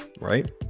right